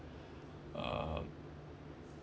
um